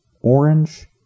orange